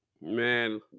man